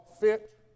fit